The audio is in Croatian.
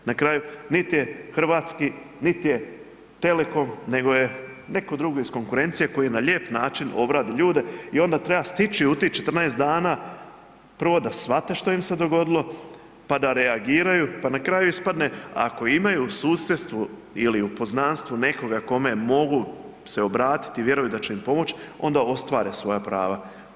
Na kraju nit je hrvatski, nit je Telekom nego je neko drugi iz konkurencije koji na lijep način obradi ljude i onda treba stići u tih 14 dana prvo da svate što im se dogodilo pa da reagiraju, pa na kraju ispadne ako imaju u susjedstvu ili u poznanstvu nekoga kome mogu se obratiti i vjeruju da će im pomoć onda ostvare svoja prava.